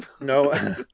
No